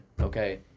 Okay